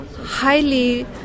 highly